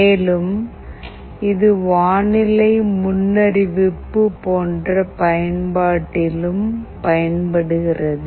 மேலும் இது வானிலை முன்னறிவிப்பு போன்ற பயன்பாட்டிலும் பயன்படுகிறது